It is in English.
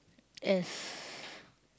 as